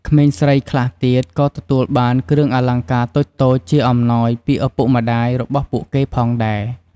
ក្មេងស្រីខ្លះទៀតក៏ទទួលបានគ្រឿងអលង្ការតូចៗជាអំណោយពីឱពុកម្ដាយរបស់ពួកគេផងដែរ។